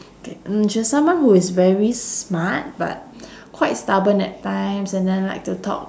K mm she's someone who is very smart but quite stubborn at times and then like to talk